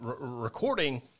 recording